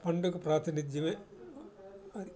పండుగ ప్రాతినిధ్యమే అది